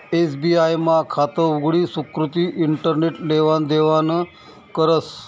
SBI मा खातं उघडी सुकृती इंटरनेट लेवान देवानं करस